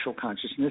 consciousness